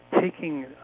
taking